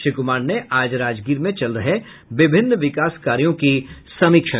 श्री कुमार ने आज राजगीर में चल रहे विकास कार्यों की समीक्षा की